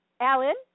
Alan